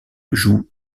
joue